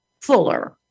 fuller